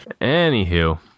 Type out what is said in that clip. Anywho